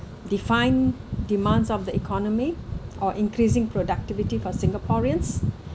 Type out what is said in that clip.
define demands of the economy or increasing productivity for singaporeans